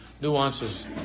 nuances